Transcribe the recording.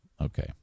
okay